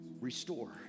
Restore